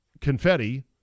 confetti